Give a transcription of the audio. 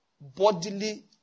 bodily